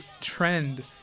trend